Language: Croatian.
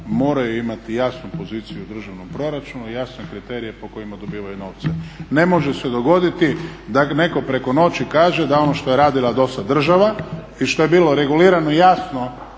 moraju imati jasnu poziciju u državnom proračunu i jasne kriterije po kojima dobivaju novce. Ne može se dogoditi da netko preko noći kaže, da ono što je radila do sada država i što je bilo regulirano jasno